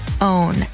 own